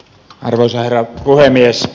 arvoisa herra puhemies